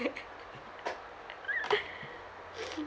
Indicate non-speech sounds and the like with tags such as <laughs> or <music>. <laughs> <noise>